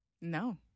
No